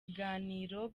ibiganiro